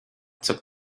took